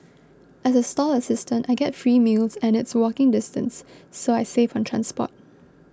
as a stall assistant I get free meals and it's walking distance so I save on transport